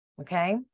okay